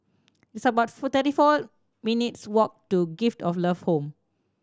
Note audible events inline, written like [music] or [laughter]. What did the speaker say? it's about [unintelligible] thirty four minutes' walk to Gift of Love Home